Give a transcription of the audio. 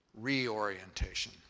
reorientation